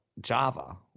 Java